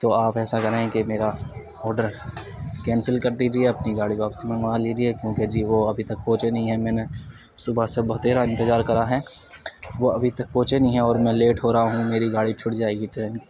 تو آپ ایسا کریں کہ میرا آرڈر کینسل کر دیجیے اپنی گاڑی واپس منگوا لیجیے کیونکہ جی وہ ابھی تک پہنچے نہیں ہیں میں نے صبح سے بہتیرا انتظار کرا ہے وہ ابھی تک پہنچے نہیں ہیں اور میں لیٹ ہو رہا ہوں میری گاڑی چھٹ جائے گی ٹرین